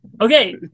Okay